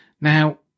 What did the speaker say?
Now